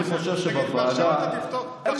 אני חושב שבוועדה אין